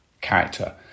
character